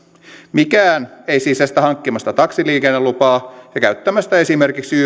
mikään ei siis estä hankkimasta taksiliikennelupaa ja käyttämästä esimerkiksi